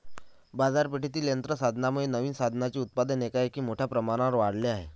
बाजारपेठेतील यंत्र साधनांमुळे नवीन साधनांचे उत्पादन एकाएकी मोठ्या प्रमाणावर वाढले आहे